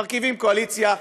מרכיבים קואליציה.